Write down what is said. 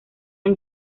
han